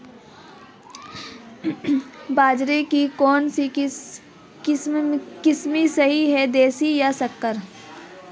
बाजरे की कौनसी किस्म सही हैं देशी या संकर?